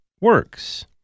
works